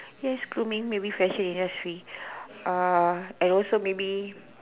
yes grooming maybe fashion industry and also maybe